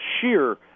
sheer